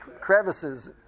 crevices